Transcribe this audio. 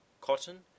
cotton